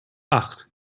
acht